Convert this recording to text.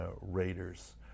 Raiders